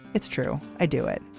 it's true. i do it.